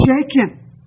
shaken